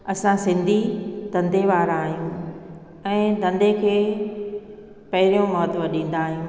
असां सिंधी धंधे वारा आहियूं ऐं धंधे खे पहिरियों महत्व ॾींदा आहियूं